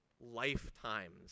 lifetimes